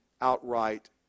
outright